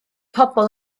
pobl